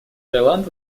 таиланд